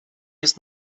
jest